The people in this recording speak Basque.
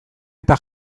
eta